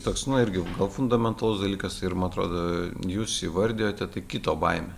toks nu irgi gan fundamentalus dalykas ir man atrodo jūs įvardijote tai kito baimė